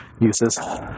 uses